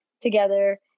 together